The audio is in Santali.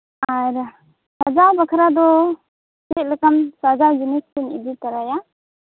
ᱟᱨ ᱥᱟᱡᱟᱣ ᱵᱟᱠᱷᱨᱟ ᱫᱚ ᱪᱮᱫᱞᱮᱠᱟᱱ ᱥᱟᱡᱟᱣ ᱡᱤᱱᱤᱥ ᱠᱩᱧ ᱤᱫᱤ ᱛᱟᱨᱟᱭᱟ